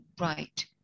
right